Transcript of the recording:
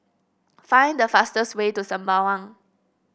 find the fastest way to Sembawang